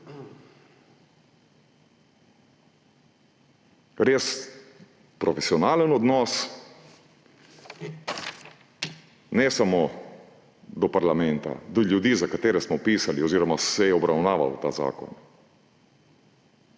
Res profesionalen odnos, ne samo do parlamenta, do ljudi, za katere smo pisali oziroma se je obravnaval ta zakon.